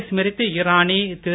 Smriti Irani Thiru